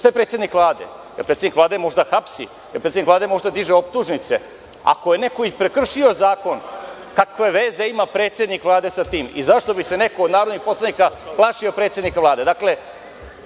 Šta je predsednik Vlade? Da li predsednik Vlade može da hapsi? Da li predsednik Vlade može da diže optužnice? Ako je neko i prekršio zakon, kakve veze ima predsednik Vlade sa tim i zašto bi se neko od narodnih poslanika plašio predsednika